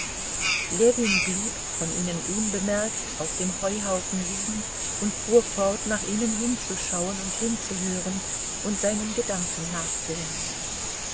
ljewin blieb von ihnen unbemerkt auf dem heuhaufen liegen und fuhr fort nach ihnen hinzuschauen und hinzuhören und seinen gedanken nachzuhängen